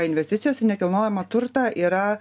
investicijos į nekilnojamą turtą yra